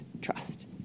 trust